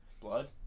Blood